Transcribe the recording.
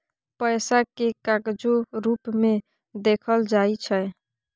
पैसा केँ कागजो रुप मे देखल जाइ छै